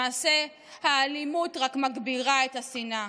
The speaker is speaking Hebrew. למעשה האלימות רק מגבירה את השנאה.